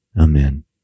Amen